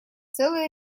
целый